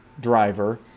driver